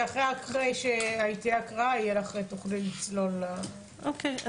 ואחרי שתהיה הקראה תוכלי לצלול --- אוקיי.